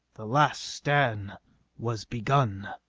the last stand was begun.